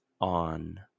on